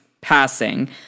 passing